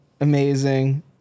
amazing